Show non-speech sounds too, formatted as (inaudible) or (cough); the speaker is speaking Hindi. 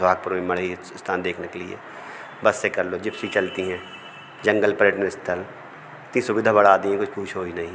(unintelligible) मड़ई स्थान देखने के लिए बस से कर लो जिप्सी चलती है जंगल पर्यटन स्थल इतनी सुविधा बढ़ा दी कुछ पूछो ही नहीं